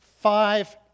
five